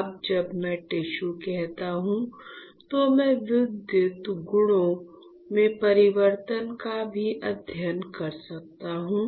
अब जब मैं टिश्यू कहता हूं तो मैं विद्युत गुणों में परिवर्तन का भी अध्ययन कर सकता हूं